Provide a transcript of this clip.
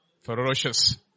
Ferocious